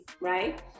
right